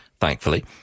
thankfully